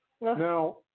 Now